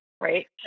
right